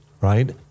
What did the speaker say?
right